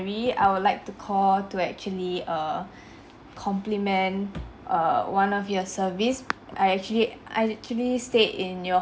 ~ry I would like to call to actually err compliment err one of your service I actually I actually stayed in yo~